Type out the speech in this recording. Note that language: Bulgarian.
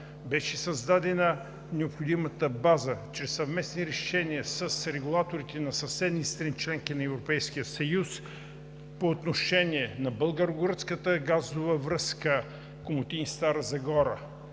Беше създадена необходимата база чрез съвместни решения с регулаторите на съседните страни – членки на Европейския съюз, по отношение на българо-гръцката газова връзка Комотини – Стара Загора,